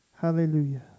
Hallelujah